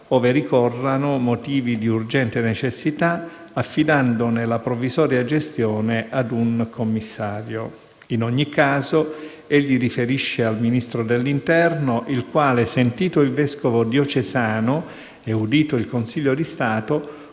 ove ricorrano motivi di urgente necessità, affidandone la provvisoria gestione a un suo commissario. In ogni caso, egli riferisce al Ministro dell'interno, il quale, sentito il vescovo diocesano e udito il Consiglio di Stato,